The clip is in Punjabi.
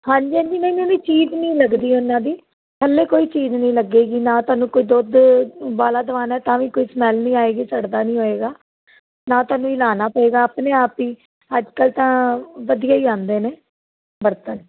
ਹਾਂਜੀ ਹਾਂਜੀ ਮੈਨੂੰ ਵੀ ਚੀਜ਼ ਨਹੀਂ ਲੱਗਦੀ ਉਹਨਾਂ ਦੀ ਥੱਲੇ ਕੋਈ ਚੀਜ਼ ਨਹੀਂ ਲੱਗੇਗੀ ਨਾ ਤੁਹਾਨੂੰ ਕੋਈ ਦੁੱਧ ਵਾਲਾ ਦਵਾਨ ਹੈ ਤਾਂ ਵੀ ਕੋਈ ਸਮੈਲ ਨਹੀਂ ਆਵੇਗੀ ਸੜਦਾ ਨਹੀਂ ਹੋਵੇਗਾ ਨਾ ਤੁਹਾਨੂੰ ਹਿਲਾਉਣਾ ਪਵੇਗਾ ਆਪਣੇ ਆਪ ਹੀ ਅੱਜ ਕੱਲ੍ਹ ਤਾਂ ਵਧੀਆ ਹੀ ਆਉਂਦੇ ਨੇ ਬਰਤਨ